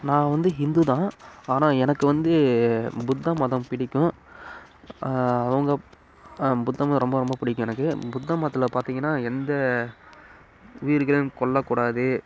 நான் வந்து ஹிந்து தான் ஆனால் எனக்கு வந்து புத்த மதம் பிடிக்கும் அவங்க புத்த மதம் ரொம்ப ரொம்ப பிடிக்கும் எனக்கு புத்த மதத்தில் பார்த்திங்கன்னா எந்த உயிர்களையும் கொல்லக்கூடாது